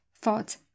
thought